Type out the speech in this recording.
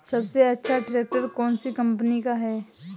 सबसे अच्छा ट्रैक्टर कौन सी कम्पनी का है?